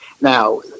Now